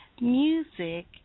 music